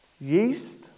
Yeast